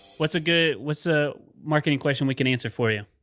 what's a good, what's a marketing question we can answer for you?